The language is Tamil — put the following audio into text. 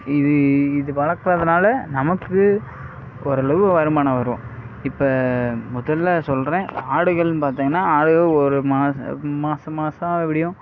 இது இது வளக்கிறதுனால நமக்கு ஓரளவு வருமானம் வரும் இப்போ முதல்ல சொல்கிறேன் ஆடுகள்னு பார்த்திங்கனா அது ஒரு மாசம் மாசம் எப்பிடியும்